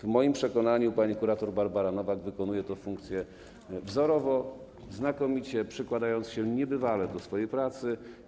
W moim przekonaniu pani kurator Barbara Nowak wykonuje te funkcje wzorowo, znakomicie, przykładając się niebywale do swojej pracy.